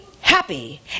happy